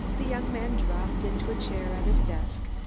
the young man dropped into a chair at his desk,